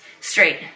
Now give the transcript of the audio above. straight